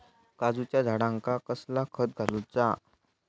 काजूच्या झाडांका कसला खत घालूचा?